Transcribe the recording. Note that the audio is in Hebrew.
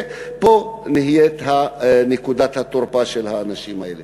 ופה נהיית נקודת התורפה של האנשים האלה,